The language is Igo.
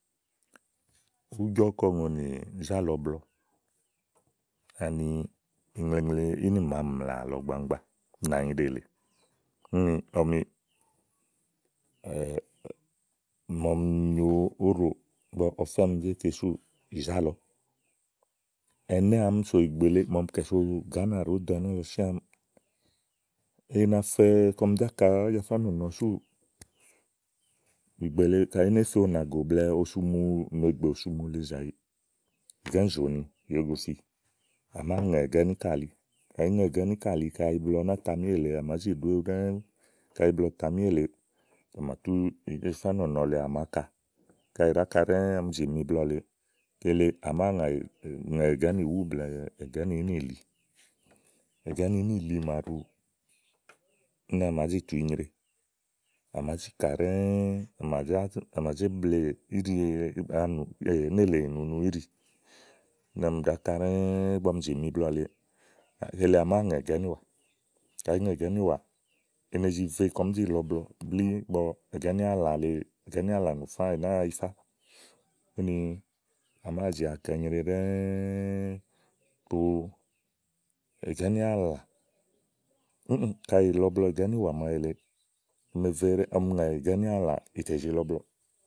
ùú jɔ ùŋonì zá lɔ iblɔ ani ínì maa mlà àlɔ gbaŋgba nànyiɖe lèe. úni ɔmi màa ɔmi nyo óɖòò, ɔfɛ́ ɔmi zé fe súù, ìzá lɔ ɛnɛ́ àámi màa ɔmi kɛ̀ so Gàánà sò ìgbè le ɖòó do ɛnɛ́lɔ siã àámi, ina fɛ kɔm zá ka Ájafa nɔ̀nɔ súù ìgbè le kayi ínè fe ùnàgò blɛ̀ɛ osumu nùegbè òsumu le zàyi, ègà íìzòòni ìwòó gofi, à màáa ŋɛ̀ ègà ínìkàli kayi ìíŋɛ ègà íníkàli kaɖi iblɔ ná tami éwu èle à màázi ɖìéwu ɖɛ́ɛ́ kayi iblɔ tàami éwu èle tè àmà tú Ájafá nɔ̀nɔ le à màáa ka kayi ì ɖàá ka ɖɛ́ɛ́ ɔmi zì mì iblɔ lèe kele à màáa ŋɛ̀ ègà ínìwú blɛ̀ɛ ègà ínìwúìli ègà ínìwúíníli màaɖu úni à màá zi túu inyre à màá zi kà ɖɛ́ɛ, àmàyá à mà zé blèe íɖi ni à mà zé blèe nélèe ìnunu íɖì ígbɔ ɔmi ɖàá ka ɖɛ́ɛ ígbɔ ɔmi zì mì iblɔ lèe yíile à màáa ŋɛbègà ínìwà kayi ŋɛ ègà ínìwà i ne zi fɛ kɔɔ̀m zi lɔ iblɔ akà inyre ɖɛ́ɛ́ kayi ìíŋɛ ègà ínìàlã màaɖu èle ì, tè zi fɛ lɔ iblɔɔ.